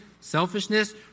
selfishness